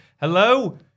Hello